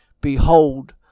Behold